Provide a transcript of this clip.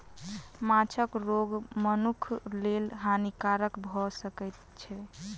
माँछक रोग मनुखक लेल हानिकारक भअ सकै छै